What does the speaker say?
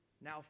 now